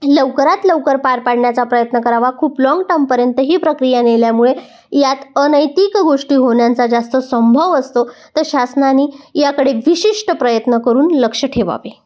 लवकरात लवकर पार पाडण्याचा प्रयत्न करावा खूप लाँग टर्मपर्यंत ही प्रक्रिया नेल्यामुळे यात अनैतिक गोष्टी होण्याचा जास्त संभव असतो तर शासनानी याकडे विशिष्ट प्रयत्न करून लक्ष ठेवावे